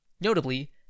Notably